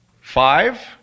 Five